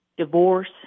Divorce